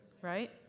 Right